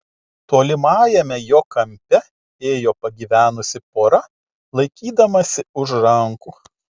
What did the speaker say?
tolimajame jo kampe ėjo pagyvenusi pora laikydamasi už rankų